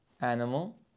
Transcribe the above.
animal